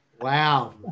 Wow